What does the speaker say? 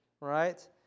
right